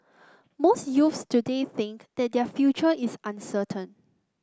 most youths today think that their future is uncertain